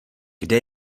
kde